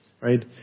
right